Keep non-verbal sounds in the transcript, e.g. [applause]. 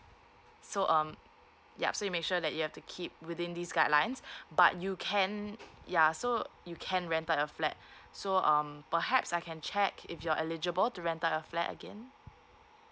so um yup so you make sure that you have to keep within these guidelines [breath] but you can yeah so you can rent out your flat so um perhaps I can check if you're eligible to rent out your flat again